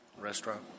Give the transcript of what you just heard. restaurant